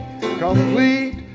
complete